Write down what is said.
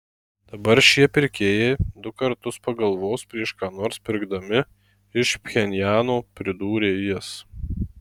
dabar šie pirkėjai du kartus pagalvos prieš ką nors pirkdami iš pchenjano pridūrė jis